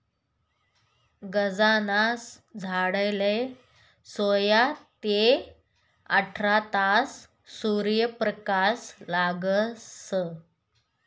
गांजाना झाडले सोया ते आठरा तास सूर्यप्रकाश लागस